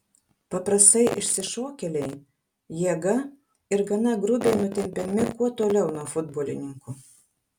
paprastai išsišokėliai jėga ir gana grubiai nutempiami kuo toliau nuo futbolininkų